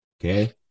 Okay